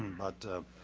but,